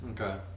Okay